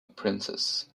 princess